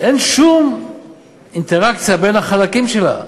אין שום אינטראקציה בין החלקים שלה.